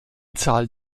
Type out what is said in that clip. zahl